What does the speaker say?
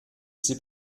sie